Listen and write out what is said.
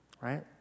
right